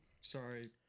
sorry